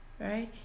right